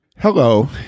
Hello